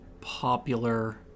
popular